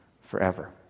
forever